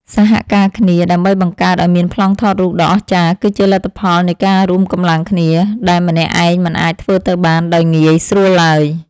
សហការគ្នាដើម្បីបង្កើតឱ្យមានប្លង់ថតរូបដ៏អស្ចារ្យគឺជាលទ្ធផលនៃការរួមកម្លាំងគ្នាដែលម្នាក់ឯងមិនអាចធ្វើទៅបានដោយងាយស្រួលឡើយ។